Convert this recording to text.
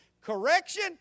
Correction